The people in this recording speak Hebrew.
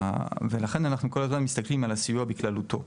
לכן אנחנו כל הזמן מסתכלים על הסיוע בכללותו.